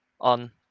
on